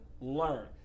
learn